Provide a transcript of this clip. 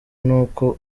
n’uko